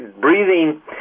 breathing